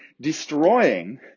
destroying